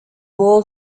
wall